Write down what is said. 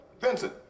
Vincent